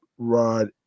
rod